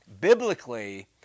biblically